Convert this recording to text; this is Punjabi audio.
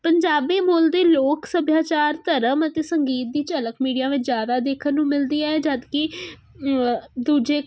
ਪੰਜਾਬੀ ਮੂਲ ਦੇ ਲੋਕ ਸੱਭਿਆਚਾਰ ਧਰਮ ਅਤੇ ਸੰਗੀਤ ਦੀ ਝਲਕ ਮੀਡੀਆ ਵਿੱਚ ਜ਼ਿਆਦਾ ਦੇਖਣ ਨੂੰ ਮਿਲਦੀ ਹੈ ਜਦਕਿ ਦੂਜੇ